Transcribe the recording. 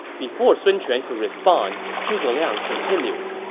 before sun quan could respond, zhuge liang continued.